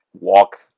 walk